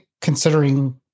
considering